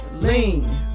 lean